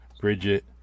Bridget